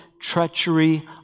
treachery